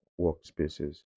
workspaces